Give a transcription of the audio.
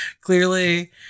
clearly